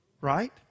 right